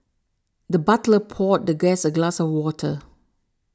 the butler poured the guest a glass of water